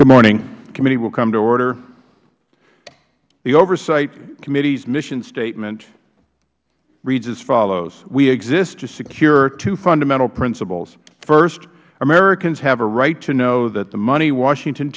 good morning the committee will come to order the oversight committee's mission statement reads as follows we exist to secure two fundamental principles first americans have the right to know that the money that washington